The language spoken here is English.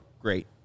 Great